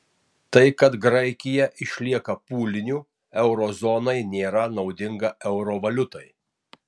tai kad graikija išlieka pūliniu euro zonai nėra naudinga euro valiutai